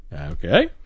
Okay